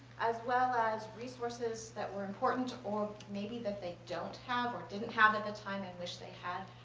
as well as resources that were important or maybe that they don't have or didn't have at the time and wished they had